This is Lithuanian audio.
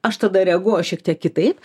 aš tada reaguoju šiek tiek kitaip